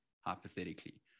Hypothetically